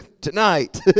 tonight